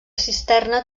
cisterna